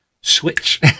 switch